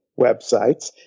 websites